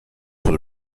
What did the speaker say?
for